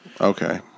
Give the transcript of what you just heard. Okay